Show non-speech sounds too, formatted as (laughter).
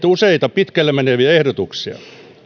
(unintelligible) useita pitkälle meneviä ehdotuksia